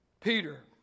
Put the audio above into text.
Peter